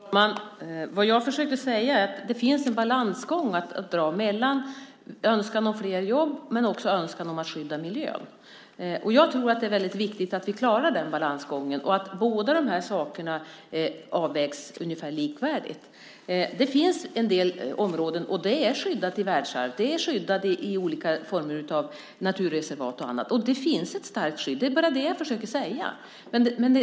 Herr talman! Vad jag försökte säga var att det är fråga om en balansgång mellan önskan om fler jobb och önskan att skydda miljön. Jag tror att det är väldigt viktigt att vi klarar den balansgången och att båda de här sakerna behandlas ungefär likvärdigt. Det finns en del områden som är skyddade i världsarvet och i olika former av naturreservat och annat. Det finns ett starkt skydd. Det är bara det jag försöker säga.